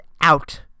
out